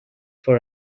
for